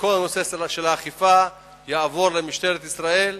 שכל נושא האכיפה יעבור למשטרת ישראל,